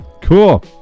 cool